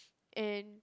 and